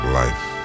life